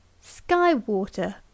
Sky-water